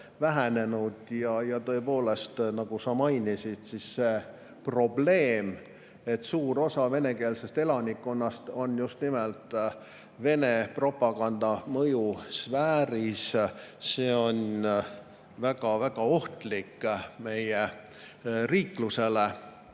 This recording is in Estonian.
vähenenud. Ja tõepoolest, nagu sa mainisid, see, et suur osa venekeelsest elanikkonnast on just nimelt Vene propaganda mõjusfääris, on väga-väga ohtlik meie riiklusele.